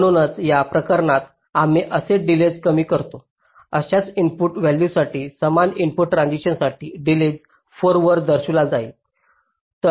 म्हणूनच या प्रकरणात आम्ही जसे डिलेज कमी करतो तशाच इनपुट व्हॅल्यूजसाठी समान इनपुट ट्रान्झिशनसाठी डिलेज 4 वर दर्शविला जाईल